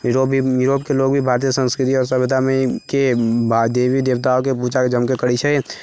Europe भी यूरोपके लोक भी भारतीय संस्कृति आओर सभ्यतामे के देवी देवताओंके पूजा जम कर करै छन्हि